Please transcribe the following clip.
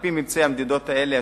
על-פי ממצאי המדידות האלה,